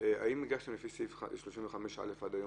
לפי סעיף 35(א) עד היום?